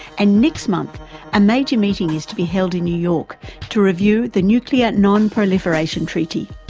and next month a major meeting is to be held in new york to review the nuclear non-proliferation treaty.